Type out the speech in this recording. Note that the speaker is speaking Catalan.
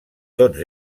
tots